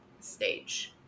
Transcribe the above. stage